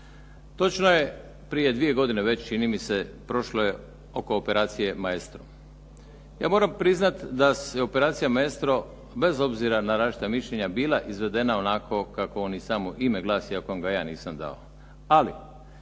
Točno je prije dvije godine već čini mi se prošlo je oko operacije "Maestro". Ja moram priznati da je operacija "Maestro" bez obzira na različita mišljenja bila izvedena onako kako samo ime glasi a .../Govornik se ne